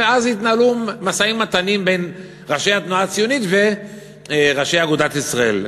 ואז התנהלו משאים-ומתנים בין ראשי התנועה הציונית וראשי אגודת ישראל.